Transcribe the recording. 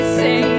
say